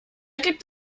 gibt